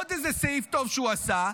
עוד איזה סעיף טוב שהוא עשה,